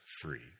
free